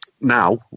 Now